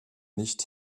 nicht